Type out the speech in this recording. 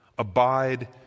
Abide